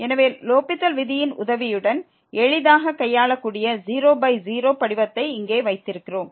எனவே லோப்பித்தல் விதியின் உதவியுடன் எளிதாக கையாளக்கூடிய 00 படிவத்தை இங்கே வைத்திருக்கிறோம்